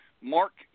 Mark